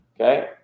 okay